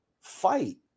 fight